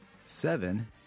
Seven